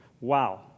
Wow